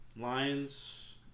Lions